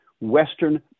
Western